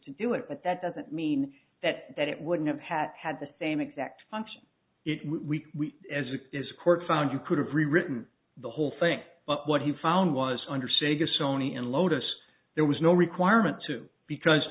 to do it but that doesn't mean that that it wouldn't have had had the same exact function it we as it is court found you could have rewritten the whole thing but what he found was under sega sony and lotus there was no requirement to because